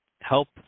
help